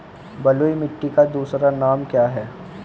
बलुई मिट्टी का दूसरा नाम क्या है?